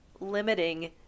limiting